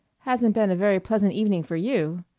hasn't been a very pleasant evening for you,